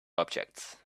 objects